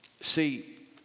See